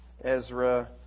Ezra